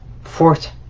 fourth